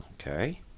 Okay